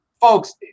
Folks